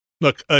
Look